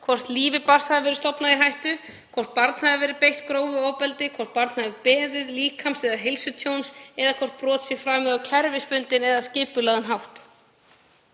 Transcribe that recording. hvort lífi barns hafi verið stofnað í hættu, hvort barn hafi verið beitt grófu ofbeldi, hvort barn hafi beðið líkams- eða heilsutjón eða hvort brot sé framið á kerfisbundinn eða skipulagðan hátt.